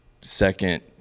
second